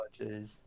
jeez